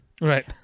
Right